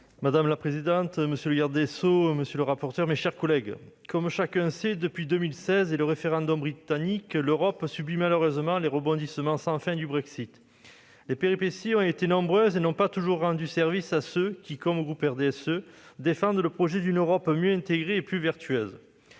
Madame la présidente, monsieur le garde des sceaux, mes chers collègues, comme chacun sait, depuis 2016 et le référendum britannique, l'Europe subit malheureusement les rebondissements sans fin du Brexit. Les péripéties ont été nombreuses et n'ont pas toujours rendu service à ceux qui, comme au groupe du RDSE, défendent le projet d'une Europe mieux intégrée et plus vertueuse.